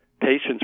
patients